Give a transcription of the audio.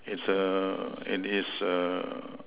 it's err and it's err